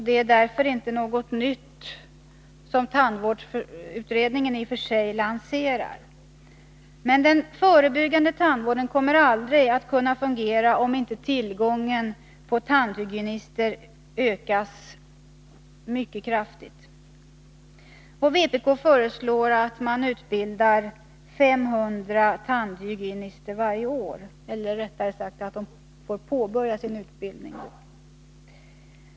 Det är därför inte i och för sig något nytt som tandvårdsutredningen lanserat. Men den förebyggande tandvården kommer aldrig att fungera om inte tillgången på tandhygienister kraftigt ökas. Vpk föreslår att varje år 500 hygienister får påbörja sin utbildning.